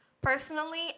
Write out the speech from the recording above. personally